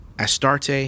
Astarte